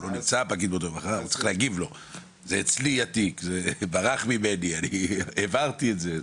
זה אצלי התיק, זה ברח ממני, אני העברתי את זה.